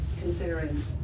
considering